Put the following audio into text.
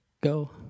Go